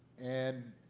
and